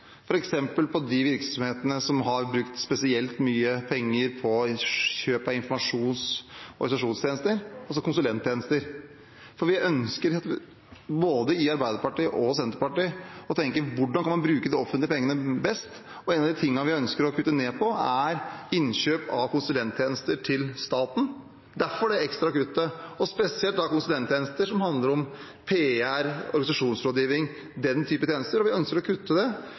de virksomhetene som har brukt spesielt mye penger på kjøp av informasjons- og organisasjonstjenester, altså konsulenttjenester, for vi ønsker – både i Arbeiderpartiet og i Senterpartiet – å tenke på hvordan man kan bruke offentlige penger best. Noe av det vi ønsker å kutte ned på, er innkjøp av konsulenttjenester til staten – derfor det ekstra kuttet – spesielt konsulenttjenester som handler om PR, organisasjonsrådgivning og den type tjenester. Vi ønsker å kutte i det.